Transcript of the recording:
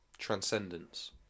Transcendence